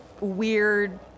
weird